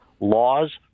laws